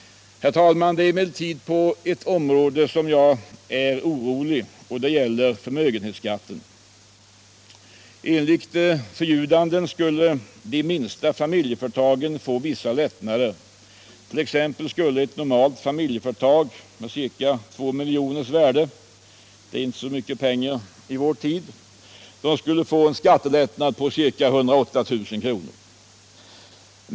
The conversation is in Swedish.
Herr talman! På ett område finner jag dock anledning till oro, och det gäller förmögenhetsskatten. Enligt förljudanden skulle de minsta familjeföretagen få vissa lättnader. Ett normalt familjeföretag med ca 2 miljoners värde — det är inte så mycket pengar i vår tid — skulle t.ex. få en skattelättnad på ca 108 000 kr.